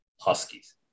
Huskies